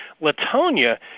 Latonia